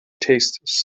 tastes